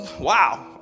Wow